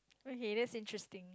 okay that's interesting